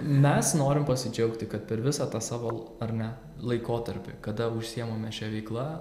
mes norim pasidžiaugti kad per tą visą savo ar ne laikotarpį kada užsiemame šia veikla